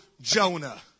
Jonah